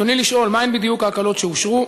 ברצוני לשאול: 1. מה הן בדיוק ההקלות שאושרו?